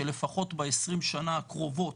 שלפחות ב-20 שנה הקרובות,